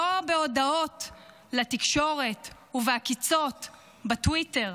ולא בהודעות לתקשורת ובעקיצות בטוויטר,